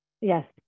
Yes